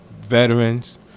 veterans